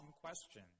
question